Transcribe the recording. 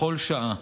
בכל שעה,